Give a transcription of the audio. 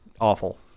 awful